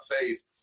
faith